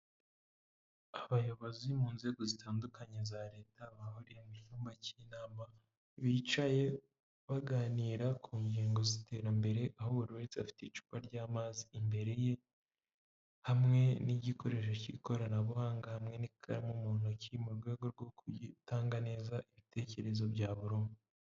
Abayobozi mu nzego zitandukanye za leta, bahuriye mu cyumba cy'inama bicaye baganira ku ngingo z'iterambere, aho buri wese afite icupa ry'amazi imbere ye hamwe n'igikoresho cy'ikoranabuhanga hamwe n'ikaramu mu ntoki, mu rwego rwo gutanga neza ibitekerezo bya buri umwe.